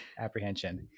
apprehension